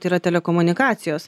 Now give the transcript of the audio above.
tai yra telekomunikacijos